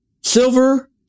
silver